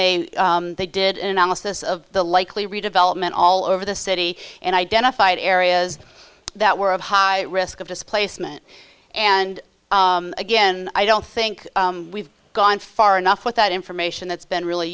they they did an analysis of the likely redevelopment all over the city and identified areas that were of high risk of displacement and again i don't think we've gone far enough with that information that's been really